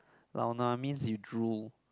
lao nua means you drool